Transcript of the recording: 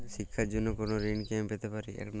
শিক্ষার জন্য কোনো ঋণ কি আমি পেতে পারি?